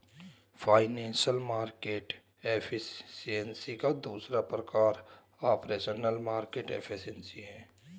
financial market efficiency का दूसरा प्रकार ऑपरेशनल मार्केट एफिशिएंसी है